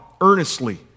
earnestly